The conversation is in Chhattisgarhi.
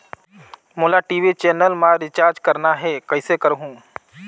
मोला टी.वी चैनल मा रिचार्ज करना हे, कइसे करहुँ?